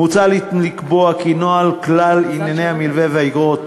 מוצע לקבוע כי ניהול כלל ענייני המלווה ואיגרות